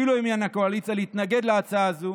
אפילו אם הם מהקואליציה, להתנגד להצעה הזאת.